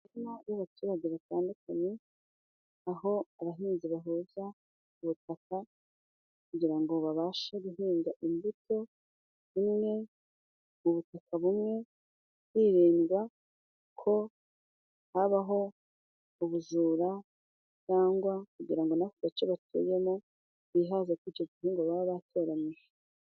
Imirima y'abaturage batandukanye, aho abahinzi bahuza ubutaka kugira ngo babashe guhinga imbuto imwe, mu butaka bumwe, hirindwa ko habaho ubujura cyangwa kugira ngo n'ako gace batuyemo bihaze kuri icyo gihingwa baba batoranyije.